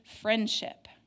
friendship